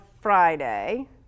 Friday